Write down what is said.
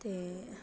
ते